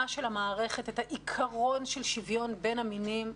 אבל אם המערכת לא תפנים את העיקרון של שוויון בין המינים,